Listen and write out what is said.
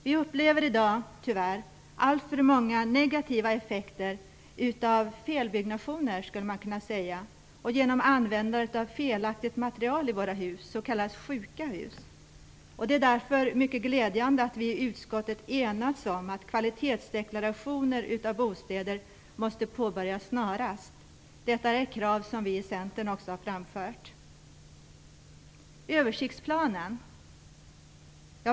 Vi upplever i dag tyvärr alltför många negativa effekter av vad man skulle kunna kalla felbyggnationer och av användandet av felaktigt material i våra hus - s.k. sjuka hus. Det är därför mycket glädjande att vi i utskottet enats om att kvalitetsdeklaration av bostäder måste påbörjas snarast. Detta är ett krav som vi i Centern också har framfört.